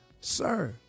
Sir